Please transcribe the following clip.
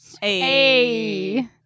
Hey